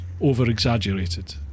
over-exaggerated